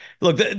Look